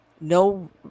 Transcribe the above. No